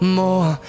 more